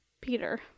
Peter